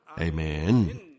Amen